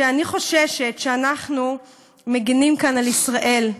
שאני חוששת שאנחנו מגינים כאן על ישראל.